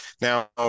Now